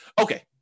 Okay